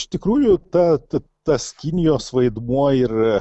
iš tikrųjų tad tas kinijos vaidmuo ir